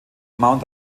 mount